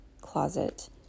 closet